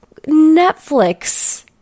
Netflix